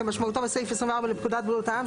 כמשמעותו בסעיף 24 לפקודת בריאות העם,